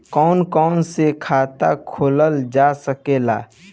कौन कौन से खाता खोला जा सके ला?